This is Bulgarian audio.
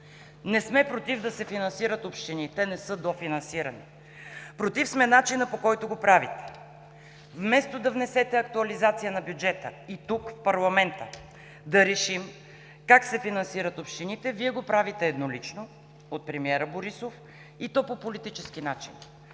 Не сме против да се финансират общините, те не са дофинансирани. Против начина сме, по който го правите. Вместо да внесете актуализация на бюджета и тук, в парламента да решим как се финансират общините, Вие го правите еднолично – от премиера Борисов, и то по политически начин,